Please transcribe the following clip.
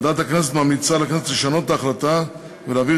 ועדת הכנסת ממליצה לכנסת לשנות את ההחלטה ולהעביר